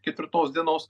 ketvirtos dienos